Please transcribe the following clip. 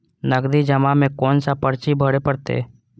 नगदी जमा में कोन सा पर्ची भरे परतें?